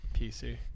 PC